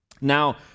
Now